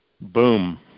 boom